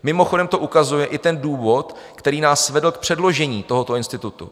Mimochodem to ukazuje i důvod, který nás vedl k předložení tohoto institutu.